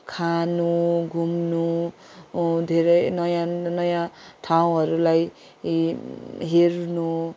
खानु घुम्नु धेरै नयाँ नयाँ ठाउँहरूलाई हे हेर्नु